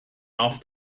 off